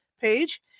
page